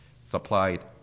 supplied